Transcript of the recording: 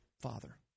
father